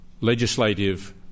legislative